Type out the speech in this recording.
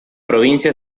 provincia